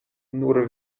nur